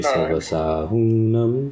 Savasahunam